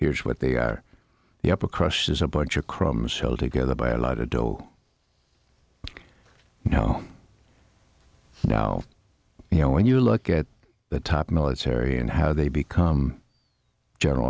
here's what they are the upper crust is a bunch of crumbs held together by a lot of dough you know now you know when you look at the top military and how they become general